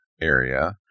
area